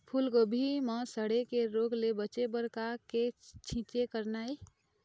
फूलगोभी म सड़े के रोग ले बचे बर का के छींचे करना ये?